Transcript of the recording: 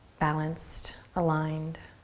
balanced, aligned.